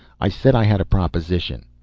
i said i had a proposition.